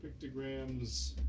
Pictograms